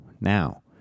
Now